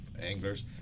anglers